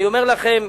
אני אומר לכם,